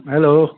hello